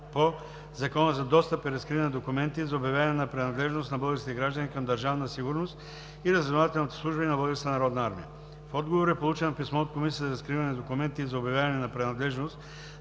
по Закона за достъп и разкриване на документите и за обявяване на принадлежност на български граждани към Държавна сигурност и разузнавателните служби на Българската народна армия. В отговор е получено писмо от Комисията за разкриване на документите и за обявяване на принадлежност